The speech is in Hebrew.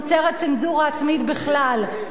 נוצרת צנזורה עצמית בכלל.